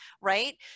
right